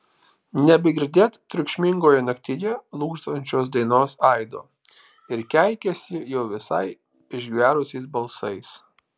nebegirdėt triukšmingoje naktyje lūžtančios dainos aido ir keikiasi jau visai išgverusiais balsais